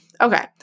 Okay